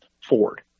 Ford